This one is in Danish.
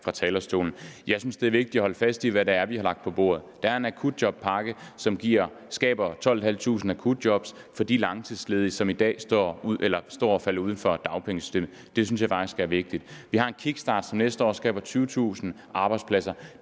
fra talerstolen. Jeg synes, at det er vigtigt at holde fast i, hvad det er, vi har lagt på bordet. Der er en akutjobpakke, som skaber 12.500 akutjob for de langtidsledige, som i dag står til at falde uden for dagpengesystemet. Det synes jeg faktisk er vigtigt. Vi har en kickstart, som næste år skaber 20.000 arbejdspladser.